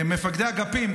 מפקדי אגפים,